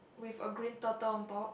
with a green turtle on top